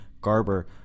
Garber